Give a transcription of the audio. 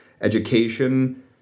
education